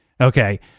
Okay